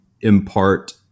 impart